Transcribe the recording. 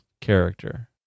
character